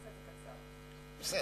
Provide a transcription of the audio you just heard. אדוני היושב-ראש,